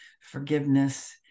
forgiveness